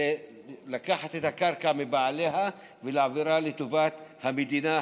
לקחת את הקרקע מבעליה ולהעבירה לטובת המדינה,